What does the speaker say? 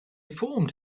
formed